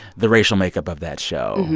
the racial makeup of that show.